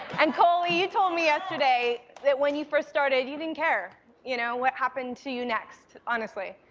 and koli you told me yesterday that when you first started you didn't care you know what happened to you next honestly.